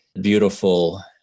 Beautiful